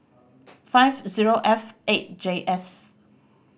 five zero F eight J S